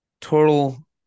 total